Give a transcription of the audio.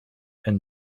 and